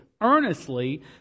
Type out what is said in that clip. earnestly